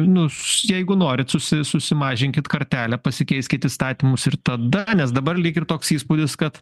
nus jeigu norit susi susimažinkit kartelę pasikeiskit įstatymus ir tada nes dabar lyg ir toks įspūdis kad